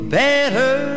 better